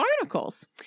barnacles